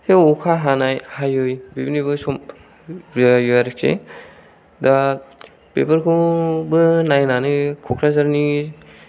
बे अखा हानाय हायै बेफोरनिबो सम जायो आरोखि दा बेफोरखौबो नायनानै क'क्राझारनि